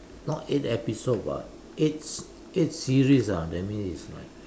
not eight episode but it's it's series ah that mean is like